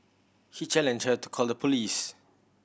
he challenged her to call the police